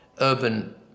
urban